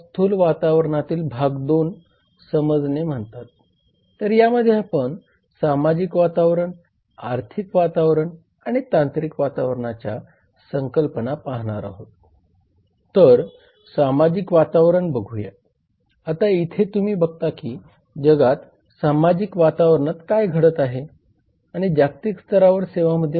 आज आपण या अभ्यासक्रमातील सूक्ष्म वातावरणाचा भाग 1 हा पाचवा धडा बघणार आहोत या मध्ये आपल्याकडे 2 संकल्पना आहेत एक म्हणजे सूक्ष्म वातावरण आणि राजकीय वातावरणाचे विश्लेषण करणे